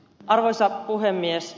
arvoisa puhemies